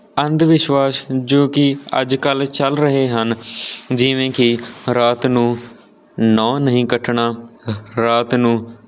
ਅੰਧ ਵਿਸ਼ਵਾਸ ਜੋ ਕਿ ਅੱਜ ਕੱਲ੍ਹ ਚੱਲ ਰਹੇ ਹਨ ਜਿਵੇਂ ਕਿ ਰਾਤ ਨੂੰ ਨਹੁੰ ਨਹੀਂ ਕੱਟਣਾ ਰਾਤ ਨੂੰ